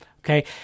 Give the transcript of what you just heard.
okay